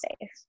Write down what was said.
safe